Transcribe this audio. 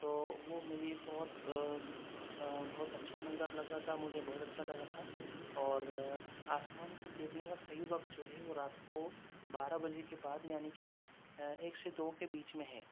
تو وہ مجھے بہت بہت اچھا منظر لگا تھا مجھے بہت اچھا لگا تھا اور آسمان کو دیکھنے کا صحیح وقت جو ہے وہ رات کو بارہ بجے کے بعد یعنی کہ ایک سے دو کے بیچ میں ہے